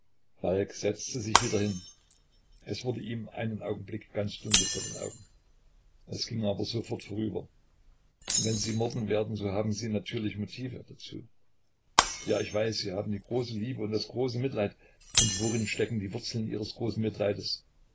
setzte sich wieder hin es wurde ihm einen augenblick ganz dunkel vor den augen es ging aber sofort vorüber wenn sie morden werden so haben sie dazu natürlich motive ja ich weiß sie haben die große liebe und das große mitleid und worin stecken die wurzeln ihres großen mitleids